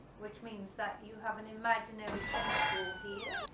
which means that you have an imaginary tennis ball here,